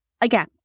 again